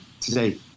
today